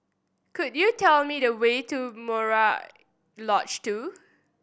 could you tell me the way to Murai Lodge Two